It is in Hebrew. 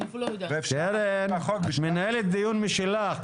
קרן, את מנהלת דיון משלך.